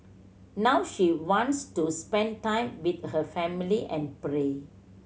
now she wants to spend time with her family and pray